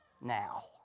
Now